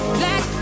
black